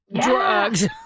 drugs